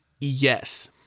yes